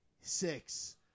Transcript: six